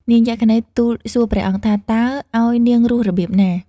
នាងយក្ខិនី ទូលសួរព្រះអង្គថា តើឲ្យនាងរស់របៀបណា?។